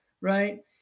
right